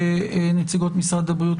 לנציגות משרד הבריאות,